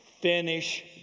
finish